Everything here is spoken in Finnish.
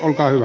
olkaa hyvä